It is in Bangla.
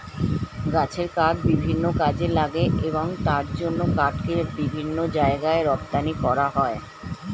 গাছের কাঠ বিভিন্ন কাজে লাগে এবং তার জন্য কাঠকে বিভিন্ন জায়গায় রপ্তানি করা হয়